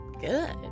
good